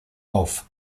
auf